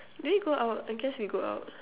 do we go out I guess we go out